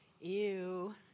Ew